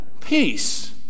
Peace